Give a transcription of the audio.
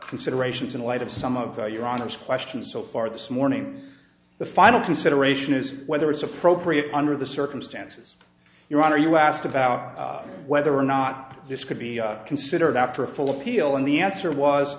considerations in light of some of your honor's questions so far this morning the final consideration is whether it's appropriate under the circumstances your honor you asked about whether or not this could be considered after a full appeal and the answer was